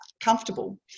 comfortable